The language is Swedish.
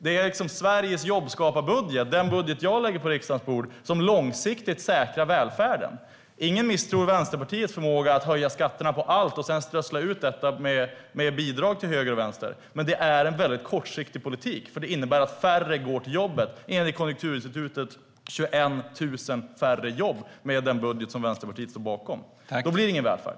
Det är Sveriges jobbskaparbudget, den budget jag lägger på riksdagens bord, som långsiktigt säkrar välfärden. Ingen misstror Vänsterpartiets förmåga att höja skatterna på allt och sedan strössla ut pengarna genom bidrag till höger och vänster. Det är dock en kortsiktig politik, för det innebär att färre går till jobbet. Enligt Konjunkturinstitutet blir det 21 000 färre jobb med den budget som Vänsterpartiet står bakom. Då blir det ingen välfärd.